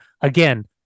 Again